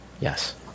Yes